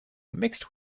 mixed